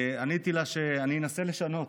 עניתי לה שאני אנסה לשנות,